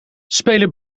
spelen